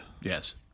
Yes